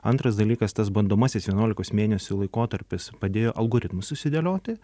antras dalykas tas bandomasis vienuolikos mėnesių laikotarpis padėjo algoritmus susidėlioti